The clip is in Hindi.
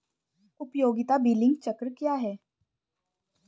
उपयोगिता बिलिंग चक्र क्या है?